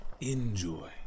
enjoy